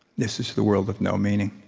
this is the world of no meaning.